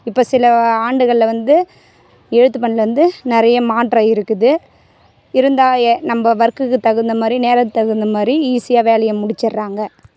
இப்போ சில ஆண்டுகளில் வந்து எழுத்து பணியில வந்து நிறைய மாற்றம் இருக்குது இருந்தால் எ நம்ப வொர்க்குக்கு தகுந்தமாதிரி நேரம் தகுந்தமாதிரி ஈஸியாக வேலையை முடிச்சிடுறாங்க